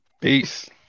Peace